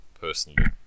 personally